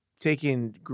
taking